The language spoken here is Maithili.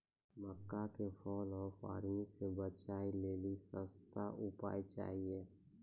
मक्का के फॉल ऑफ आर्मी से बचाबै लेली सस्ता उपाय चाहिए?